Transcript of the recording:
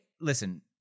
listen –